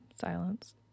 Silence